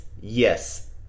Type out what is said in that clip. yes